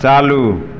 चालू